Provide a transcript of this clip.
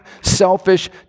selfish